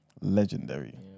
Legendary